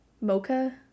mocha